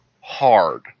hard